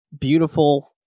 beautiful